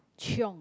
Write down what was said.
chiong